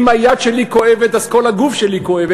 אם היד שלי כואבת אז כל הגוף שלי כואב.